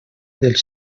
dels